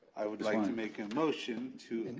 would like to make a motion to and